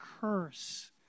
curse